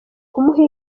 kumuha